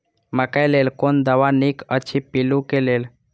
मकैय लेल कोन दवा निक अछि पिल्लू क लेल?